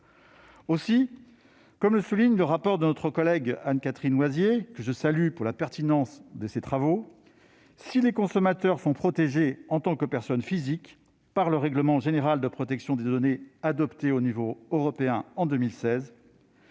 Aussi, comme le souligne le rapport de notre collègue Anne-Catherine Loisier, que je salue pour la pertinence de ses travaux, si les consommateurs sont protégés, en tant que personnes physiques, par le règlement général de protection des données adopté à l'échelon européen en 2016,